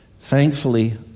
Thankfully